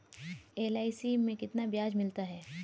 LIC में कितना ब्याज मिलता है?